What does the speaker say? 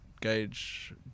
gauge